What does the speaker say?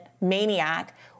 maniac